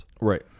Right